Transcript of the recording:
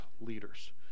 leaders